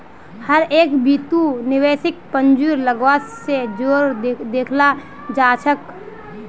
हर एक बितु निवेशकक पूंजीर लागत स जोर देखाला जा छेक